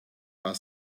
our